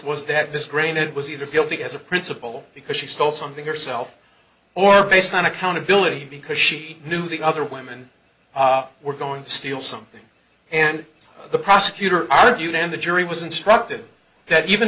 was that this green it was either fielding as a principle because she stole something herself or based on accountability because she knew the other women were going to steal something and the prosecutor argued and the jury was instructed that even